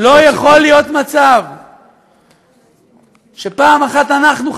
לא יכול להיות מצב שפעם אחת אנחנו,